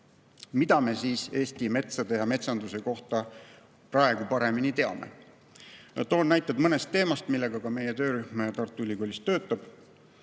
Mida me siis Eesti metsade ja metsanduse kohta praegu paremini teame? Toon näiteid mõne teema kohta, mille kallal ka meie töörühm Tartu Ülikoolis töötab.